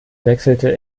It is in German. wechselte